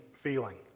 feeling